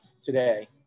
today